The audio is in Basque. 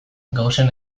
gaussen